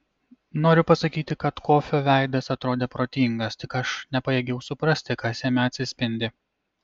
noriu pasakyti jog kofio veidas atrodė protingas tik aš nepajėgiau suprasti kas jame atsispindi